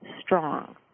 strong